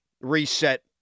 reset